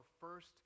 first